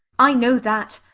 i know that.